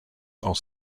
are